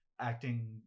acting